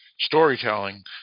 storytelling